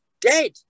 dead